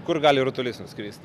kur gali rutulys nuskristi